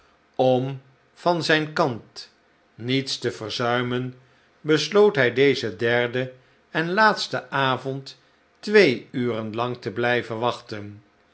om van zijn kant niets te verzuimen besloot hij dezen derden en laatsten avond twee uren lang te blijven wachten